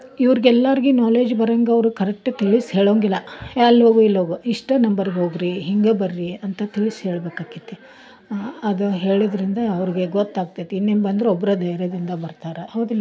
ಇವ್ರ್ಗೆ ಎಲ್ಲಾರ್ಗು ನಾಲೆಡ್ಜ್ ಬರಂಗೆ ಅವರು ಕರೆಕ್ಟ್ ತಿಳಿಸಿ ಹೇಳೋಂಗಿಲ್ಲ ಅಲ್ಲಿ ಹೋಗು ಇಲ್ಲಿ ಹೋಗು ಇಷ್ಟ ನಂಬರ್ ಹೋಗ್ರಿ ಹೀಗೆ ಬರ್ರಿ ಅಂತ ತಿಳಿಸಿ ಹೇಳ್ಬೇಕು ಆಕ್ಯತ್ತಿ ಅದು ಹೇಳಿದ್ದರಿಂದ ಅವರಿಗೆ ಗೊತ್ತಾಕ್ತೈತಿ ಇನ್ನೇನು ಬಂದರು ಒಬ್ಬರೆ ಧೈರ್ಯದಿಂದ ಬರ್ತಾರ ಹೌದಿಲ್ಲ